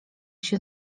się